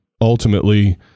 ultimately